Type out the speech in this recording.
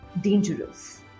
dangerous